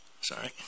sorry